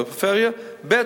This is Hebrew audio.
על הפריפריה, ב.